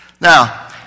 Now